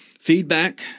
feedback